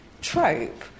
trope